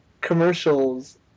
commercials